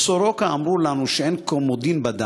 ב"סורוקה" אמרו לנו שאין "קומדין" בדם.